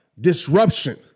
disruption